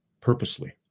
purposely